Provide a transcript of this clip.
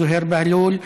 זוהיר בהלול,